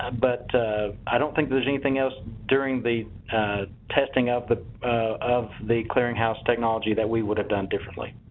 um but i don't think there's anything else during the testing of the of the clearinghouse technology that we woulda done differently.